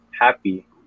happy